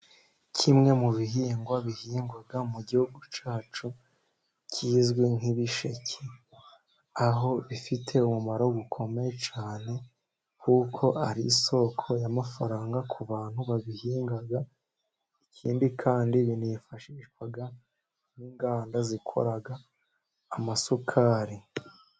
Kimwe mu bihingwa bihingwa mu gihugu cyacu kizwi nk'ibisheke, aho bifite ubumaro bukomeye cyane kuko ari isoko y'amafaranga ku bantu, babihinga ikindi kandi binanifashishwa n'inganda zikoraga amasukari.